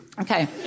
Okay